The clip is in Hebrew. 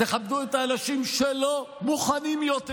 תכבדו את האנשים שלא מוכנים יותר